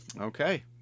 Okay